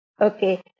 Okay